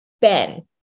Ben